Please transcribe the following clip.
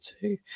two